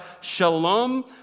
Shalom